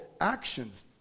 actions